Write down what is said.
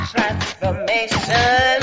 Transformation